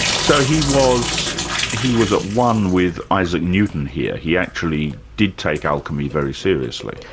so he was he was at one with isaac newtown here, he actually did take alchemy very seriously?